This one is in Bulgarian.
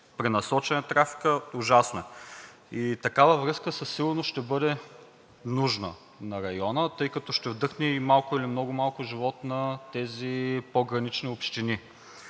пренасочен е трафикът – ужасно е. И такава връзка със сигурност ще бъде нужна на района, тъй като ще вдъхне малко или много живот на тези погранични общини.